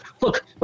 look